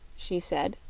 she said.